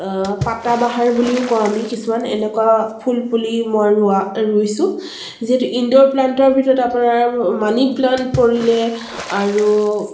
পাতা বাহাৰ বুলিও কওঁ আমি কিছুমান এনেকুৱা ফুল ফুলি মই ৰোৱা ৰুইছোঁ যিহেতু ইনদ'ৰ প্লেণ্টৰ ভিতৰত আপোনাৰ মানি প্লেণ্ট পৰিলে আৰু